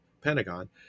Pentagon